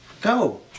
Go